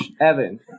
Evan